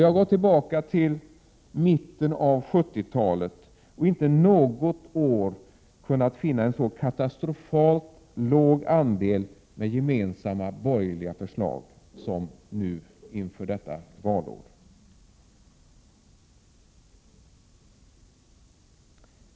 Jag har gått tillbaka till mitten av 70-talet, men inte något år har jag kunnat finna en så katastrofalt låg andel gemensamma borgerliga förslag som nu inför höstens val.